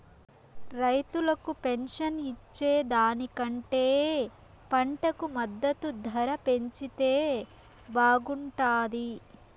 రైతులకు పెన్షన్ ఇచ్చే దానికంటే పంటకు మద్దతు ధర పెంచితే బాగుంటాది